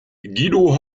guido